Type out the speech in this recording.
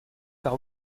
par